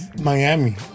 Miami